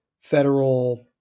federal